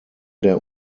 der